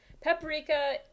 paprika